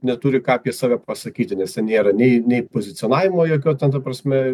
neturi ką apie save pasakyti nes ten nėra nei nei pozicionavimo jokio ten ta prasme